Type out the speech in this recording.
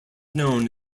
known